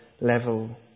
level